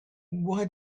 why